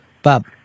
Bob